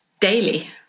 daily